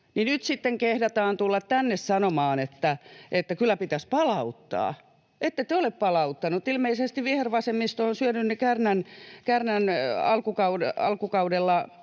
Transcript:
kehdataan tulla tänne sanomaan, että kyllä pitäisi palauttaa. Ette te ole palauttaneet. Ilmeisesti vihervasemmisto on syönyt ne Kärnän alkukaudella